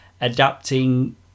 adapting